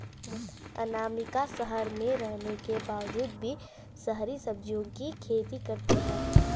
अनामिका शहर में रहने के बावजूद भी शहरी सब्जियों की खेती करती है